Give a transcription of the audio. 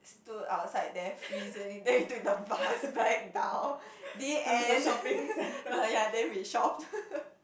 stood outside there freezing then we took the bus back town the end the yea then we shopped